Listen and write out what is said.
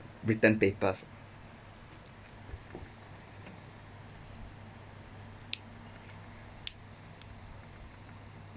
written papers